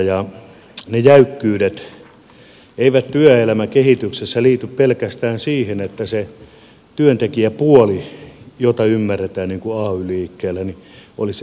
ne jäykkyydet eivät työelämän kehityksessä liity pelkästään siihen että se työntekijäpuoli jota ymmärretään ay liikkeellä olisi se esteellisyys